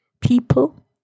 people